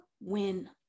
win